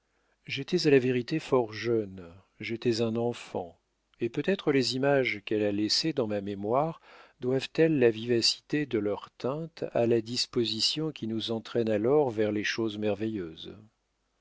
j'étais à la vérité fort jeune j'étais un enfant et peut-être les images qu'elle a laissées dans ma mémoire doivent-elles la vivacité de leurs teintes à la disposition qui nous entraîne alors vers les choses merveilleuses